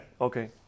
Okay